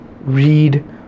read